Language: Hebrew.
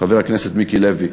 חבר הכנסת מיקי לוי,